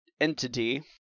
entity